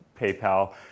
PayPal